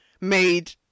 made